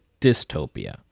dystopia